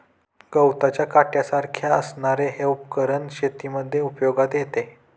गवताच्या काट्यासारख्या असणारे हे उपकरण शेतीमध्ये उपयोगात येते